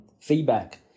feedback